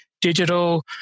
digital